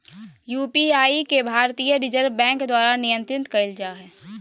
UPI के भारतीय reserve bank द्वारा नियंत्रित कइल जा हइ